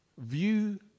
View